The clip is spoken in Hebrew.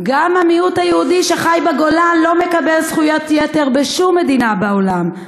גם המיעוט היהודי שחי בגולה לא מקבל זכויות יתר בשום מדינה בעולם,